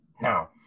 Now